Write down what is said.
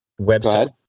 website